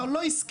מי נגד?